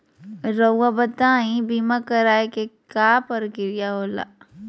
रहुआ बताइं बीमा कराए के क्या प्रक्रिया होला?